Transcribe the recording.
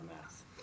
math